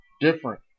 Different